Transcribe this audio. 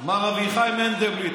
מר אביחי מנדלבליט,